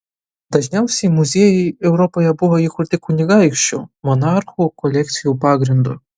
dažniausiai muziejai europoje buvo įkurti kunigaikščių monarchų kolekcijų pagrindu